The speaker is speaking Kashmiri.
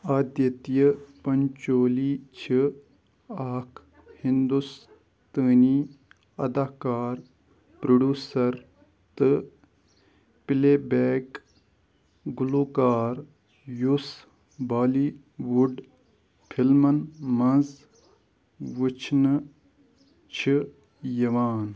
آدِتیہِ پَنچولی چھِ اَکھ ہِندُستٲنی اَداکار پرٛوڈوٗسَر تہٕ پٕلے بیک گُلوکار یُس بالی وُڈ فِلمَن منٛز وٕچھنہٕ چھِ یِوان